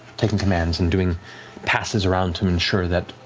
taking commands and doing passes around to ensure that,